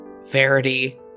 Verity